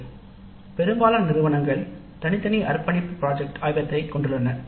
"பெரும்பாலான நிறுவனங்கள் தனித்தனி அர்ப்பணிப்பு திட்ட ஆய்வகத்தைக் கொண்டுள்ளன